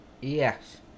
Yes